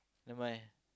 never mind